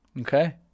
okay